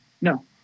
No